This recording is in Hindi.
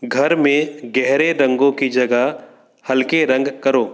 घर में गहरे रंगों की जगह हल्के रंग करो